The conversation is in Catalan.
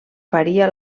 faria